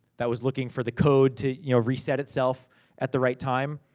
that was looking for the code, to you know reset itself at the right time.